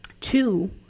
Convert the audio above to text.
two